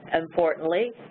importantly